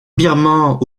birmans